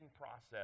process